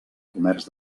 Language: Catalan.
comerç